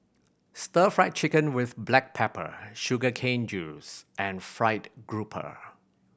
Stir Fry Chicken with black pepper sugar cane juice and fried grouper